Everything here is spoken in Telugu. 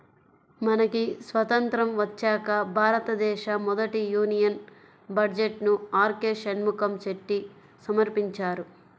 మనకి స్వతంత్రం వచ్చాక భారతదేశ మొదటి యూనియన్ బడ్జెట్ను ఆర్కె షణ్ముఖం చెట్టి సమర్పించారు